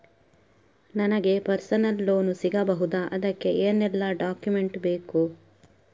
ನನಗೆ personal loan ಸಿಗಬಹುದ ಅದಕ್ಕೆ ಏನೆಲ್ಲ ಡಾಕ್ಯುಮೆಂಟ್ ಬೇಕು?